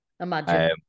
Imagine